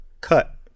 Cut